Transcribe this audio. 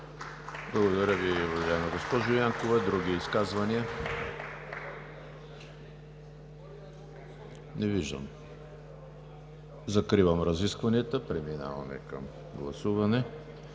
Благодаря Ви, уважаема госпожо Янкова. Други изказвания? Не виждам. Закривам разискванията. Подлагам на първо гласуване